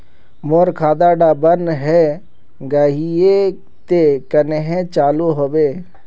मोर खाता डा बन है गहिये ते कन्हे चालू हैबे?